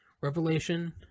Revelation